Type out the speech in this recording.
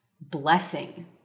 blessing